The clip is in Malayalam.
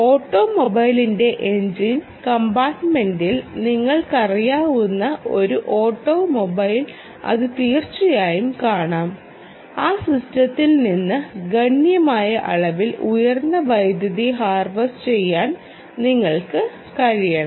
ഓട്ടോമൊബൈലിന്റെ എഞ്ചിൻ കമ്പാർട്ടുമെന്റിൽ നിങ്ങൾക്കറിയാവുന്ന ഒരു ഓട്ടോമൊബൈലിൽ അത് തീർച്ചയായും കാണാം ആ സിസ്റ്റത്തിൽ നിന്ന് ഗണ്യമായ അളവിൽ ഉയർന്ന വൈദ്യുതി ഹാർവെസ്റ്റ് ചെയ്യാൻ നിങ്ങൾക്ക് കഴിയണം